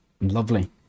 Lovely